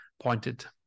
pointed